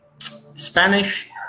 Spanish